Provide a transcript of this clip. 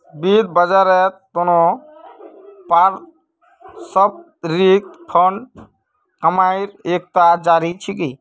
वित्त बाजारेर त न पारस्परिक फंड कमाईर एकता जरिया छिके